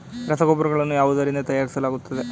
ರಸಗೊಬ್ಬರಗಳನ್ನು ಯಾವುದರಿಂದ ತಯಾರಿಸಲಾಗುತ್ತದೆ?